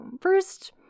first